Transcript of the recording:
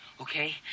okay